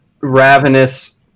ravenous